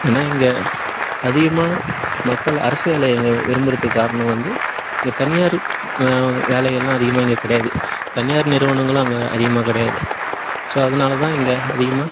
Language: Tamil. ஏன்னா இங்கே அதிகமாக மக்கள் அரசு வேலை இங்கே விரும்புறதுக்கு காரணம் வந்து இங்கே தனியார் வேலைகள் எல்லாம் அதிகமாக இங்கே கிடையாது தனியார் நிறுவனங்களும் அங்கே அதிகமாக கிடையாது ஸோ அதனால தான் இங்கே அதிகமாக